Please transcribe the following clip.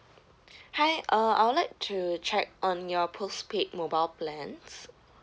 hi uh I would like to check on your postpaid mobile plans